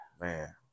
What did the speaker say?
Man